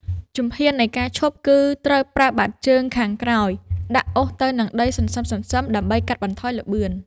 ជំហាននៃការឈប់ គឺត្រូវប្រើបាតជើងខាងក្រោយដាក់អូសទៅនឹងដីសន្សឹមៗដើម្បីកាត់បន្ថយល្បឿន។